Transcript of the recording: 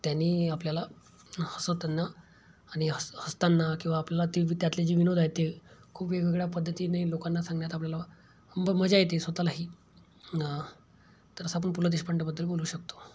त्यानी आपल्याला हसतांना आणि ह हसतांना किंवा आपला ती त्यातले जे विनोद आहेत खूप वेगवेगळ्या पद्धतीने लोकांना सांगण्यात आपल्याला मजा येते स्वतःलाही तर असं आपण पु ल देशपांडेबद्दल बोलू शकतो